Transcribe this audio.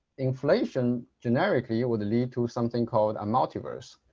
inflation generically yeah would lead to something called a multiverse.